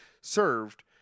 served